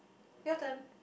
your turn